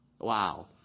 wow